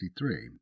1963